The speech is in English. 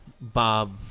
Bob